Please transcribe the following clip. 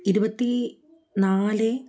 ഇരുപത്തി നാല്